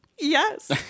yes